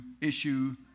issue